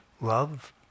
love